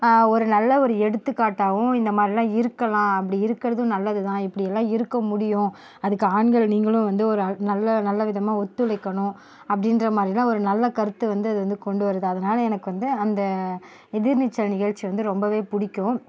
ஒரு நல்ல ஒரு எடுத்துக்காட்டாகவும் இந்த மாதிரிலாம் இருக்கலாம் அப்படி இருக்கிறதும் நல்லது தான் இப்படியெல்லாம் இருக்க முடியும் அதுக்கு ஆண்கள் நீங்களும் வந்து ஒரு நல்ல நல்ல விதமாக ஒத்துழைக்கணும் அப்படின்ற மாதிரிலாம் ஒரு நல்ல கருத்து வந்து அது வந்து கொண்டு வருது அதனால எனக்கு வந்து அந்த எதிர்நீச்சல் நிகழ்ச்சி வந்து ரொம்பவே பிடிக்கும்